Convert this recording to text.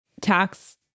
tax